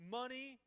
money